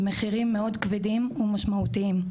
עם מחירים מאוד כבדים ומשמעותיים.